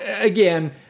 again